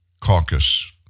caucus